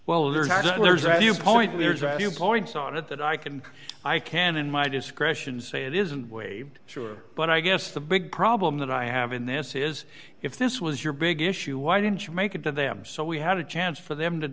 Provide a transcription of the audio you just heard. point there's a few points on it that i can i can in my discretion say it isn't waived sure but i guess the big problem that i have in this is if this was your big issue why didn't you make it to them so we had a chance for them to